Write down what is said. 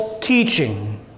teaching